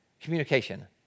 communication